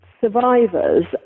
survivors